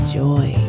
joy